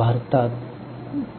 भारतात